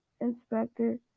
Inspector